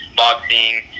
boxing